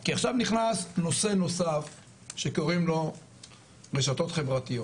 כי עכשיו נכנס נושא נוסף שקוראים לו רשתות חברתיות